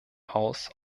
haus